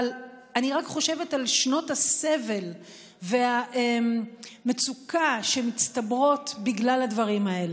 אבל אני רק חושבת על שנות הסבל והמצוקה שמצטברות בגלל הדברים האלה.